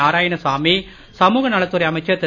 நாராயணசாமி சமூகநலத் துறை அமைச்சர் திரு